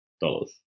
dollars